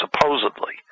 supposedly